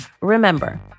Remember